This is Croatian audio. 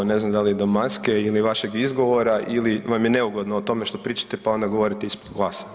Ne znam da li je do maske, ili vašeg izgovora, ili vam je neugodno o tome što pričate pa onda govorite ispod glasa.